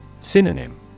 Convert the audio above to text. Synonym